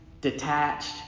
detached